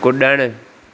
कुड॒णु